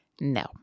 no